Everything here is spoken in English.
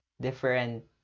different